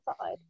inside